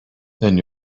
then